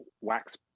wax